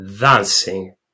dancing